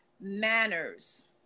manners